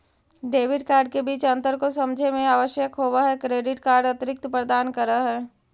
Debit card के बीच अंतर को समझे मे आवश्यक होव है क्रेडिट कार्ड अतिरिक्त प्रदान कर है?